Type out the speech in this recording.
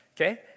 okay